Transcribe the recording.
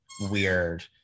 weird